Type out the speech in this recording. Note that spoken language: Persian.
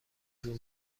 روم